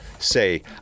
say